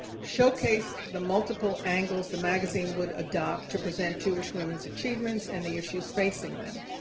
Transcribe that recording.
showcased the multiple angles the magazine would adopt to present jewish women's achievements and the issues facing them.